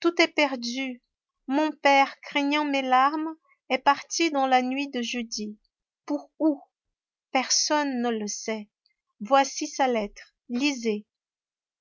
tout est perdu mon père craignant mes larmes est parti dans la nuit de jeudi pour où personne ne le sait voici sa lettre lisez